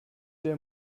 der